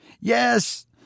Yes